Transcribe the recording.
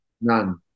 None